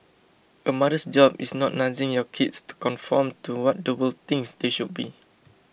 a mother's job is not nudging your kids to conform to what the world thinks they should be